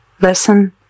Listen